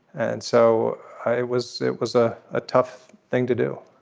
and so it was it was a ah tough thing to do.